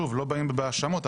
לא באים בהאשמות,